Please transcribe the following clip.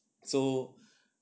so